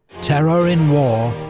terror in war,